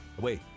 wait